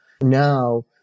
Now